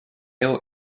owe